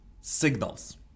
Signals